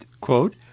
quote